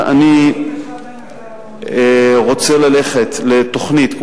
אני רוצה ללכת לתוכנית,